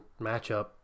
matchup